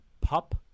Pup